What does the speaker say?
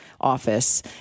office